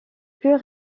plus